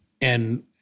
and-